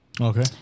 Okay